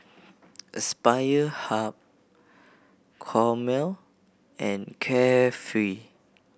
Aspire Hub Hormel and Carefree